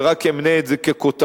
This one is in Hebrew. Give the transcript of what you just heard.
ורק אמנה את זה ככותרות: